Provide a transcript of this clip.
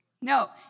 No